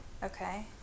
Okay